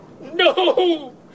no